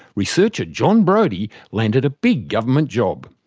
researcher jon brodie landed a big government job.